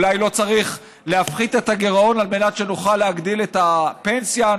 אולי לא צריך להפחית את הגירעון על מנת שנוכל להגדיל את הפנסיה,